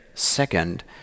Second